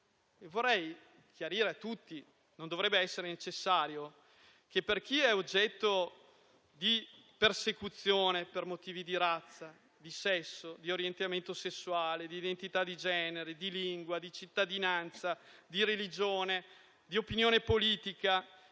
Vorrei chiarire a tutti, anche se non dovrebbe essere necessario, che per chi è oggetto di persecuzione per motivi di razza, di sesso, di orientamento sessuale, di identità di genere, di lingua, di cittadinanza, di religione, di opinione politica,